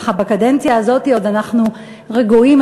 בקדנציה הזאת אנחנו עוד רגועים,